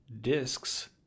discs